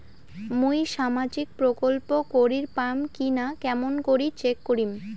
মুই সামাজিক প্রকল্প করির পাম কিনা কেমন করি চেক করিম?